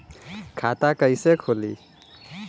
खाता कइसे खुली?